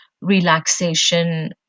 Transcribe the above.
relaxation